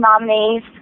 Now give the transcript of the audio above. nominees